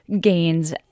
gains